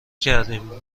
کردیم